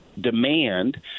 demand